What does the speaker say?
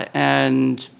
and